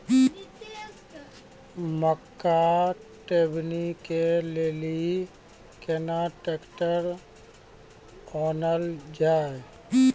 मक्का टेबनी के लेली केना ट्रैक्टर ओनल जाय?